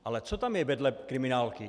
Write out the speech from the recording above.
Ale co tam je vedle kriminálky?